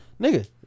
nigga